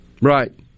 Right